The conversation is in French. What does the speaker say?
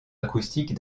acoustique